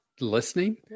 listening